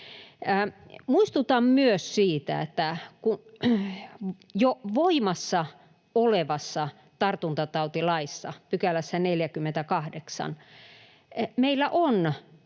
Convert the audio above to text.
Muistutan myös siitä, että jo voimassa olevan tartuntatautilain 48 §:ssä työnantajalla on